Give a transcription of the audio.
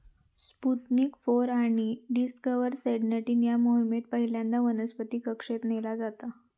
Sputnik four आणि Discover seventeen या मोहिमेत पहिल्यांदा वनस्पतीक कक्षेत नेला जाता